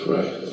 Right